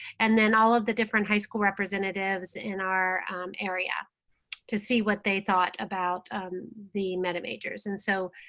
and then all of the different high school representatives in our area to see what they thought about the meta majors and so